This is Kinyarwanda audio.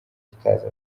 ikaze